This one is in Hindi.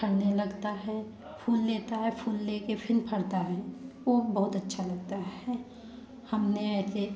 फरने लगता है फूल लेता है फूल लेके फिन फरता है ओ बहुत अच्छा लगता है हमने ऐसे